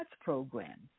program